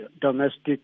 domestic